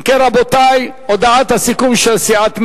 אם כן, רבותי, הודעת הסיכום של סיעת מרצ,